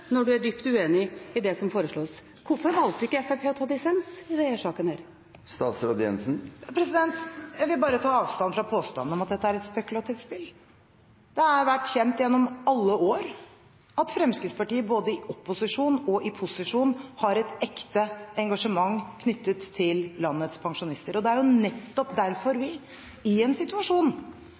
foreslås. Hvorfor valgte ikke Fremskrittspartiet å ta dissens i denne saken? Jeg vil bare ta avstand fra påstanden om at dette er et spekulativt spill. Det har vært kjent gjennom alle år at Fremskrittspartiet både i opposisjon og i posisjon har et ekte engasjement knyttet til landets pensjonister. Det er nettopp derfor vi i en situasjon